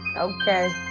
Okay